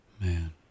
Man